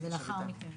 שרית, כן.